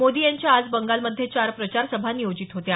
मोदी यांच्या आज बंगालमध्ये चार प्रचारसभा नियोजित होत्या